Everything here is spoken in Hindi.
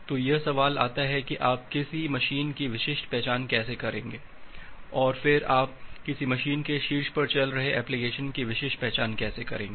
तो यह सवाल आता है कि आप किसी मशीन की विशिष्ट पहचान कैसे करेंगे और फिर आप किसी मशीन के शीर्ष पर चल रहे एप्लिकेशन की विशिष्ट पहचान कैसे करेंगे